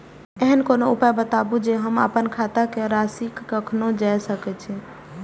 ऐहन कोनो उपाय बताबु जै से हम आपन खाता के राशी कखनो जै सकी?